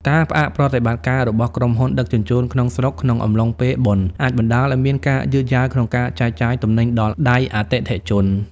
ការផ្អាកប្រតិបត្តិការរបស់ក្រុមហ៊ុនដឹកជញ្ជូនក្នុងស្រុកក្នុងអំឡុងពេលបុណ្យ អាចបណ្តាលឱ្យមានការយឺតយ៉ាវក្នុងការចែកចាយទំនិញដល់ដៃអតិថិជន។